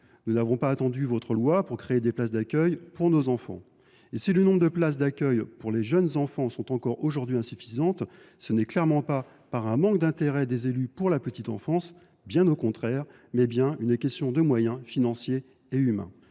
Nous n’avons pas attendu votre loi pour créer des places d’accueil pour nos enfants. Si le nombre de places d’accueil pour les jeunes enfants est encore aujourd’hui insuffisant, ce n’est clairement pas un manque d’intérêt des élus pour la petite enfance, bien au contraire ! C’est avant tout une question de moyens financiers et humains.